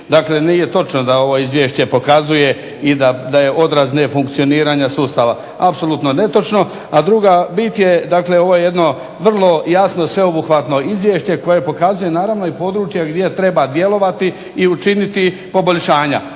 Dakle, nije točno da ovo izvješće pokazuje i da je odraz nefunkcioniranja sustava. Apsolutno je netočno. A druga bit je, dakle ovo je jedno vrlo jasno sveobuhvatno izvješće koje pokazuje naravno i područje gdje treba djelovati i učiniti poboljšanja.